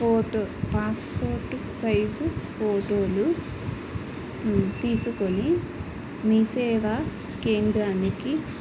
photo passport size ఫోటోలు తీసుకొని మీసేవా కేంద్రానికి